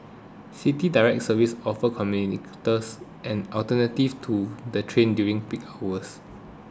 City Direct services offer commuters an alternative to the train during the peak hours